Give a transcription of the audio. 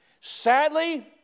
Sadly